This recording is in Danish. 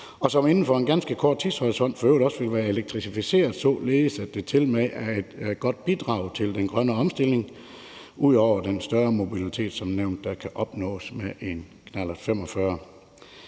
for en ganske kort tidshorisont vil være elektrificeret, således at det tilmed er et godt bidrag til den grønne omstilling ud over den større mobilitet som nævnt, der kan opnås med en knallert 45.